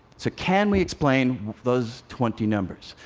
so can we explain those twenty numbers?